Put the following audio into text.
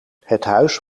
huis